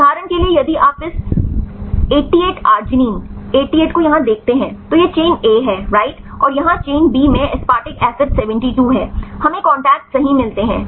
उदाहरण के लिए यदि आप इस 88 आर्गिनिन 88 को यहाँ देखते हैं तो यह चेन ए है राइट और यहाँ चेन बी में एस्पार्टिक एसिड 72 है हमें कॉन्टैक्ट्स सही मिलते हैं